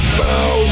bow